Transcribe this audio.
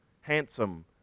handsome